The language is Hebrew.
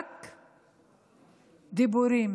רק דיבורים.